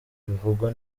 bivugwa